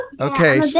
Okay